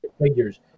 figures